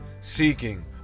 seeking